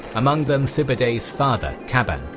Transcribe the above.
among them sube'etei's father qaban,